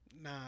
nah